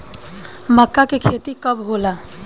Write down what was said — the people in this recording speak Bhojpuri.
मक्का के खेती कब होला?